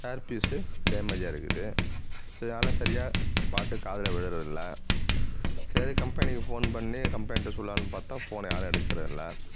ஏர் piece damage ஆகிருக்குது இதனால் சரியாக பாட்டு காதில் விழுறதில்ல சரி கம்பெனிக்கு ஃபோன் பண்ணி கம்ப்ளைண்ட் சொல்லாம்னு பார்த்தா ஃபோனை யாரும் எடுக்கறதில்ல